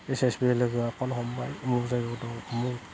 S S B लोगोआ फ'न हमबाय उमुग जायगायाव दङ उमुग